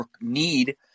need